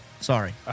Sorry